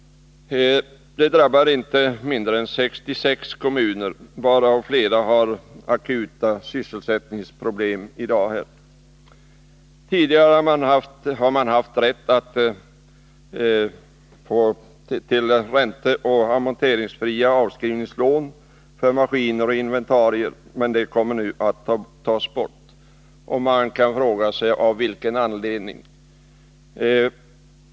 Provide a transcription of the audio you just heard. Detta drabbar inte mindre än 66 kommuner, varav flera har akuta sysselsättningsproblem i dag. Tidigare har man haft rätt att få ränteoch amorteringsfria avskrivningslån för maskiner och inventarier. Men den möjligheten kommer nu att tas bort, och man kan fråga sig av vilken anledning.